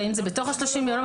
והאם זה בתוך ה-30 ימים.